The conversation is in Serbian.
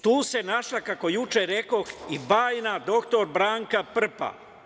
Tu se našla, kako juče rekoh, i bajna dr Branka Prpa.